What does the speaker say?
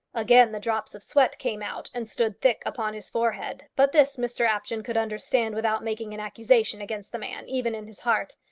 again the drops of sweat came out and stood thick upon his forehead. but this mr apjohn could understand without making an accusation against the man, even in his heart.